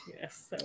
Yes